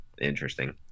Interesting